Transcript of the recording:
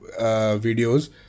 videos